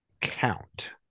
count